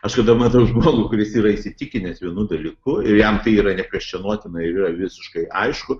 aš kada matau žmogų kuris yra įsitikinęs vienu dalyku ir jam tai yra nekvestionuotina ir yra visiškai aišku